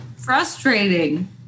Frustrating